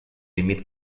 límit